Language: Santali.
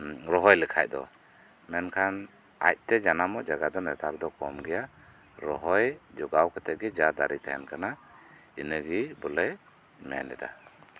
ᱨᱚᱦᱚᱭ ᱞᱮᱠᱷᱟᱡ ᱫᱚ ᱢᱮᱱᱠᱷᱟᱱ ᱟᱡᱛᱮ ᱡᱟᱱᱟᱢᱚᱜ ᱡᱟᱜᱟ ᱫᱚ ᱱᱮᱛᱟᱨ ᱫᱚ ᱠᱚᱢ ᱜᱮᱭᱟ ᱨᱚᱦᱚᱭ ᱡᱚᱜᱟᱣ ᱠᱟᱛᱮᱫ ᱜᱤ ᱡᱟ ᱫᱟᱨᱤ ᱛᱟᱦᱮᱱ ᱠᱟᱱᱟ ᱤᱱᱟᱹᱜᱤ ᱵᱚᱞᱮ ᱢᱮᱱ ᱮᱫᱟ